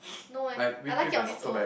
no eh I like it on it's own